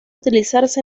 utilizarse